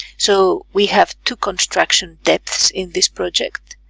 so we have two construction depths in this project,